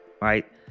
right